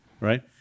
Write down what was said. right